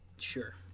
Sure